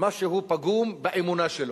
משהו פגום באמונה שלו,